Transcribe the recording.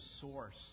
source